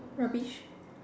rubbish